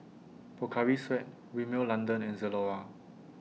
Pocari Sweat Rimmel London and Zalora